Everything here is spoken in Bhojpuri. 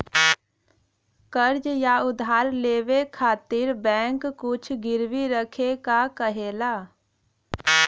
कर्ज़ या उधार लेवे खातिर बैंक कुछ गिरवी रखे क कहेला